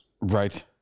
Right